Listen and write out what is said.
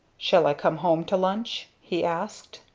shall i come home to lunch? he asked.